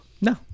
No